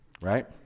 right